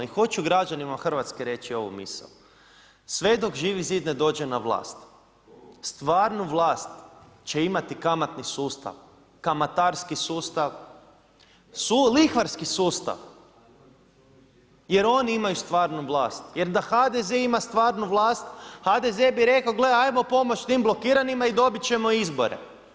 I hoću građanima Hrvatske reći ovu misao, sve dok Živi zid ne dođe na vlast, stvarnu vlast će imati kamatni sustav, kamatarski sustav, lihvarski sustav jer oni imaju stvarnu vlast. jer da HDZ ima stvarnu vlast, HDZ bi rekao gle ajmo pomoći tim blokiranima i dobit ćemo izbore.